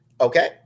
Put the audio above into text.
okay